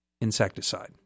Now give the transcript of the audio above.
insecticide